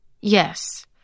Yes